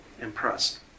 impressed